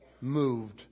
moved